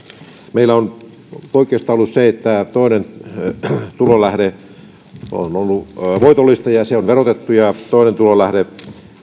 meillä on poikkeuksellista ollut se että toinen tulolähde on ollut voitollista ja ja se on verotettu ja toinen tulolähde